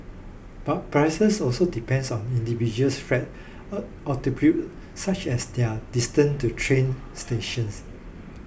but prices also depends on individuals friend such as their distant to train stations